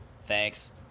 Thanks